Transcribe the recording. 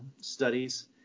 studies